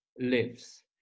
Lives